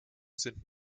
sind